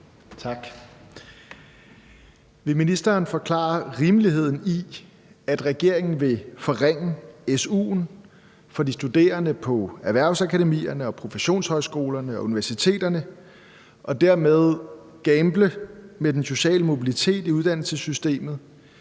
(EL): Vil ministeren forklare rimeligheden i, at regeringen vil forringe su’en for studerende på erhvervsakademierne, professionshøjskolerne og universiteterne og dermed gamble med den sociale mobilitet i uddannelsessystemet